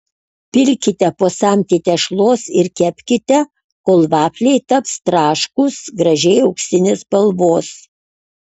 pilkite po samtį tešlos ir kepkite kol vafliai taps traškūs gražiai auksinės spalvos